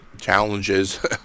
challenges